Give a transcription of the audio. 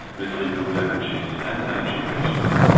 with renewable energies and energy efficiency.